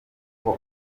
uko